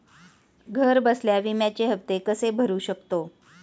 घरबसल्या विम्याचे हफ्ते कसे भरू शकतो?